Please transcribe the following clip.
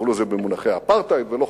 קראו לזה במונחי אפרטהייד, לא חשוב.